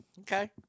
Okay